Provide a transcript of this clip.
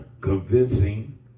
convincing